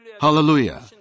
Hallelujah